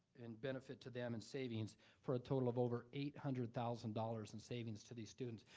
in benefit to them in savings for a total of over eight hundred thousand dollars in savings to these students.